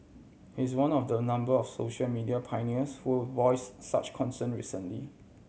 he is one of the number of social media pioneers who will voice such concern recently